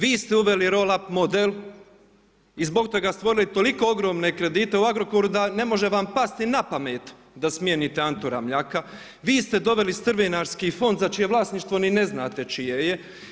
Vi ste uveli roll up model i zbog toga stvorili toliko ogromne kredite u Agrokoru, da ne može vam pasti na pamet da smijenite Antu Ramljaka, vi ste doveli strvinarski fond za čije vlasništvo ni ne znate čije je.